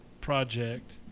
project